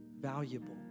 valuable